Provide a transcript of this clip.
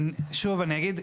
שוב אני אגיד.